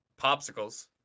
popsicles